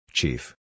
Chief